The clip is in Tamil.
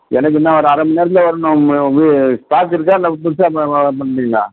எனக்கு இன்னும் ஒரு அரை மண் நேரத்தில் வர்ணும் இது ஸ்டாக்கு இருக்கா இல்லை புதுசாக